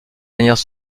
dernières